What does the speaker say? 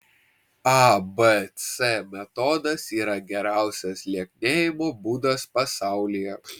abc metodas yra geriausias lieknėjimo būdas pasaulyje